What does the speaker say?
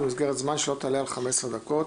במסגרת זמן שלא תעלה על 15 דקות.